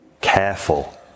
careful